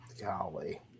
Golly